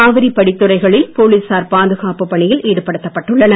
காவிரி படித்துறைகளில் போலீசார் பாதுகாப்பு பணியில் ஈடுபடுத்தப்பட்டனர்